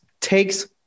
takes